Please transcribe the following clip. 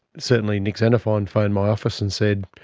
certainly nick xenophon phoned my office and said,